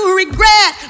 regret